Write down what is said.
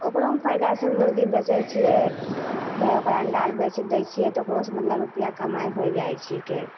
ओकरोमे फायदा छै मुरगी बेचै छिए फेर ओकर अण्डा आओर बेचि दै छिए तऽ ओकरोसे मतलब रुपैआ कमाइ होइ जाइ छिकै